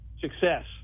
Success